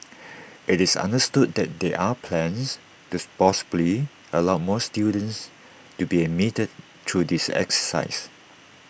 IT is understood that there are plans tooth possibly allow more students to be admitted through this exercise